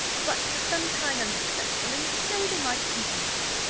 but for some time unsuccessful and so they might have continued,